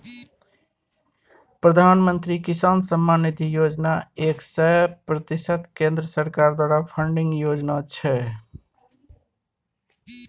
प्रधानमंत्री किसान सम्मान निधि योजना एक सय प्रतिशत केंद्र सरकार द्वारा फंडिंग योजना छै